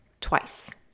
twice